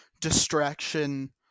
distraction